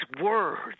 words